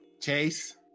Chase